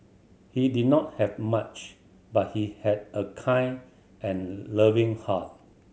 he did not have much but he had a kind and loving heart